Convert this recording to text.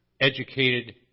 educated